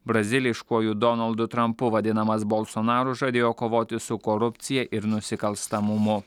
braziliškuoju donaldu trampu vadinamas bolsonaru žadėjo kovoti su korupcija ir nusikalstamumu